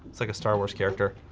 it's like a star wars, character.